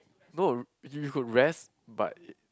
no you could rest but